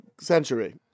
century